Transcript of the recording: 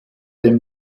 dem